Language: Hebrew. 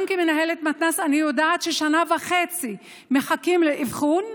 גם כמנהלת מתנ"ס אני יודעת ששנה וחצי מחכים לאבחון,